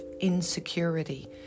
insecurity